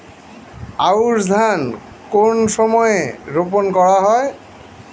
আউশ ধান কোন সময়ে রোপন করা হয়?